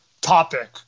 topic